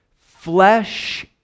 Flesh